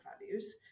values